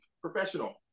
professional